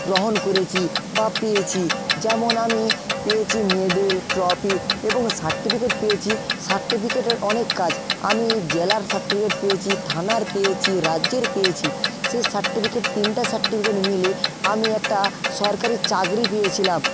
গ্রহণ করেছি বা পেয়েছি যেমন আমি পেয়েছি মেডেল ট্রফি এবং সার্টিফিকেট পেয়েছি সার্টিফিকেটের অনেক কাজ আমি জেলার সার্টিফিকেট পেয়েছি থানার পেয়েছি রাজ্যের পেয়েছি সেই সার্টিফিকেট তিনটা সার্টিফিকেট মিলে আমি একটা সরকারি চাকরি পেয়েছিলাম